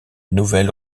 nouvel